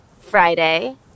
Friday